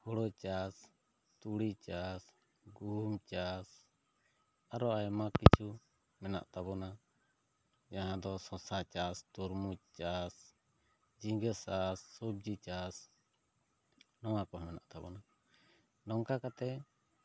ᱦᱳᱲᱳ ᱪᱟᱥ ᱛᱩᱲᱤ ᱪᱟᱥ ᱜᱩᱦᱩᱢ ᱪᱟᱥ ᱟᱨᱚ ᱟᱭᱢᱟ ᱠᱤᱪᱷᱩ ᱢᱮᱱᱟᱜ ᱛᱟᱵᱚᱱᱟ ᱡᱟᱦᱟᱸ ᱫᱚ ᱥᱚᱥᱟ ᱪᱟᱥ ᱛᱩᱨᱢᱩᱡ ᱪᱟᱥ ᱡᱷᱤᱸᱜᱟᱹ ᱪᱟᱥ ᱥᱚᱵᱽᱡᱤ ᱪᱟᱥ ᱱᱚᱣᱟ ᱠᱚᱦᱚᱸ ᱢᱮᱱᱟᱜ ᱛᱟᱵᱚᱱᱟ ᱱᱚᱝᱠᱟ ᱠᱟᱛᱮᱜ